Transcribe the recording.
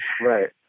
right